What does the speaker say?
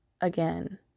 again